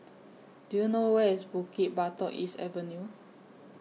Do YOU know Where IS Bukit Batok East Avenue